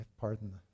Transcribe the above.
pardon